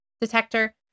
detector